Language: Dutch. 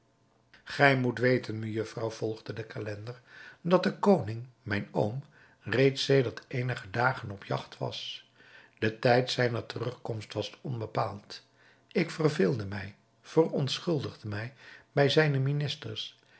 gij moet weten mejufvrouw vervolgde de calender dat de koning mijn oom reeds sedert eenige dagen op de jagt was de tijd zijner terugkomst was onbepaald ik verveelde mij verontschuldigde mij bij zijne ministers